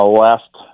last